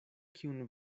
kiun